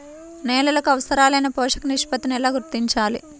నేలలకు అవసరాలైన పోషక నిష్పత్తిని ఎలా గుర్తించాలి?